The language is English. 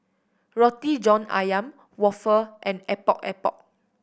Roti John Ayam waffle and Epok Epok